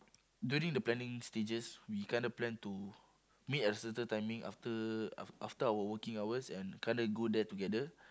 during the planning stages we kinda plan to meet at a certain timing after af~ after our working hours and kinda go there together